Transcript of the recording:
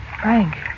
Frank